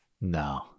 No